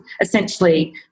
essentially